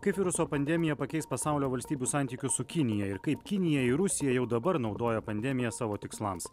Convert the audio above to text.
kaip viruso pandemija pakeis pasaulio valstybių santykius su kinija ir kaip kinijai rusija jau dabar naudoja pandemiją savo tikslams